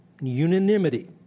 unanimity